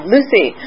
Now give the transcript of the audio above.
Lucy